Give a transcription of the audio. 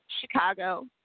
Chicago